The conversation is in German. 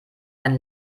ein